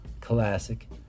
Classic